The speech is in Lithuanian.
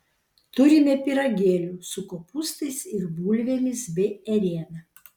turime pyragėlių su kopūstais ir bulvėmis bei ėriena